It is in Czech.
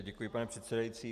Děkuji, pane předsedající.